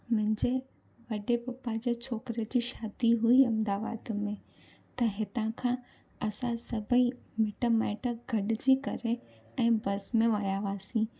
मुंहिंजे वॾे पप्पा जे छोकिरे जी शादी हुई अहमदाबाद में त हितां खां असां सभई मिटु माइटु गॾिजी करे ऐं बस में विया हुआसीं